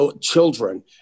children